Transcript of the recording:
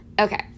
Okay